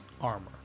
armor